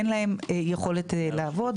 אין להם יכולת לעבוד.